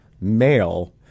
male